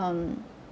um